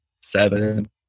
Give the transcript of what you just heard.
seven